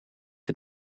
het